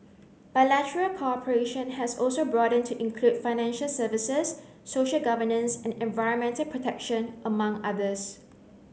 bilateral cooperation has also broadened to include financial services social governance and environmental protection among others